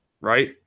right